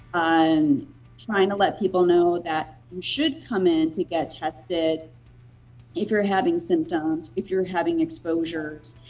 and trying to let people know that you should come in to get tested if you're having symptoms, if you're having exposures,